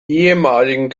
ehemaligen